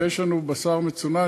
ויש לנו בשר מצונן,